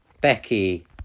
Becky